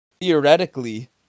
theoretically